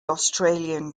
australian